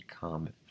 common